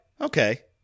okay